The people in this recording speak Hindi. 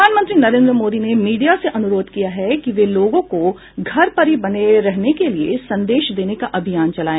प्रधानमंत्री नरेंद्र मोदी ने मीडिया से अनुरोध किया है कि वह लोगों को घर पर ही बने रहने के लिए संदेश देने का अभियान चलाए